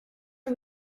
are